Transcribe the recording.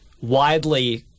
widely